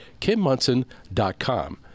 KimMunson.com